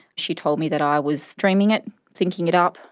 she told me that i was dreaming it, thinking it up,